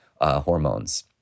hormones